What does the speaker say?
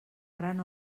gran